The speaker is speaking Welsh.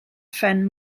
phen